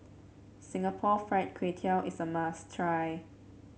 Singapore Fried Kway Tiao is a must try